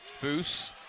Foose